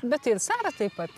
bet tai ir sara taip pat